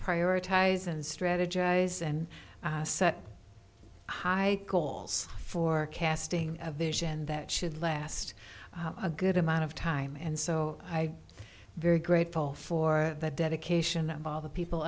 prioritize and strategize and set high goals for casting a vision that should last a good amount of time and so i very grateful for the dedication of all the people